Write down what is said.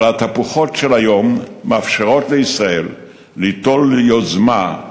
אבל התהפוכות של היום מאפשרות לישראל ליטול יוזמה,